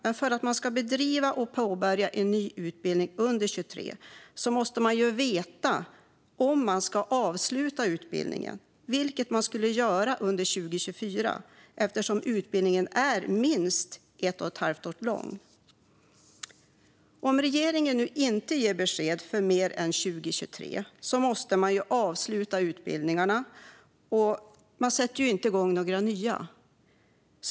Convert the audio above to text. Men om man påbörjar en ny utbildning under 2023 måste man ju veta att man kan avsluta utbildningen. Det kommer man att göra under 2024, eftersom utbildningen är minst ett och ett halvt år lång. Om regeringen inte ger besked för mer än 2023 måste man avsluta utbildningarna i år, och man sätter då inte igång några nya.